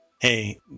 hey